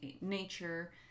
nature